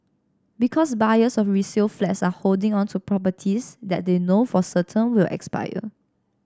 because buyers of resale flats are holding on to properties that they know for certain will expire